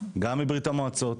גם מברית המועצות